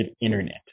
internet